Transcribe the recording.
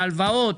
ההלוואות,